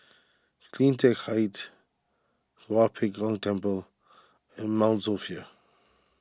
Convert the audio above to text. CleanTech Height Tua Pek Kong Temple and Mount Sophia